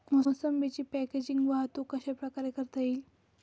मोसंबीची पॅकेजिंग वाहतूक कशाप्रकारे करता येईल?